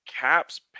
Caps